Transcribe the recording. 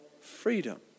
freedom